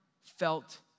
felt